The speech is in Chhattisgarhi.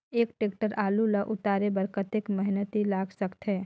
एक टेक्टर आलू ल उतारे बर कतेक मेहनती लाग सकथे?